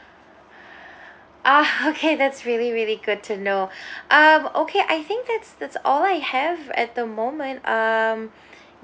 ah okay that's really really good to know ah okay I think that's that's all I have at the moment um